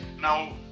now